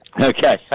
Okay